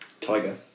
Tiger